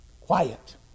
Quiet